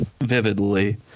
vividly